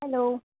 hello